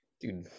dude